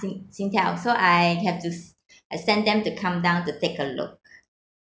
sing~ Singtel so I have to uh send them to come down to take a look